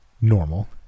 normal